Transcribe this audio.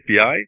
API